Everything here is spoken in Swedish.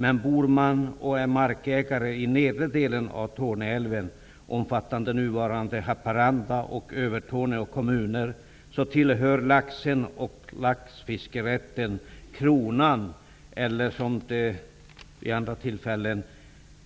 Men är man markägare och bor vid den nedre delen av Torne älv, omfattande nuvarande Haparanda och Övertorneå kommuner, tillhör laxen och laxfiskerätten kronan, eller som det vid andra tillfällen